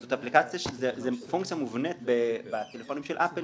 זאת פונקציה מובנית בפלאפונים של אפל,